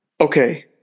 Okay